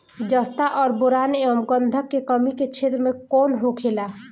जस्ता और बोरान एंव गंधक के कमी के क्षेत्र कौन होखेला?